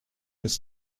his